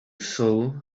sow